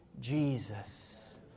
Jesus